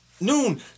noon